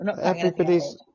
Everybody's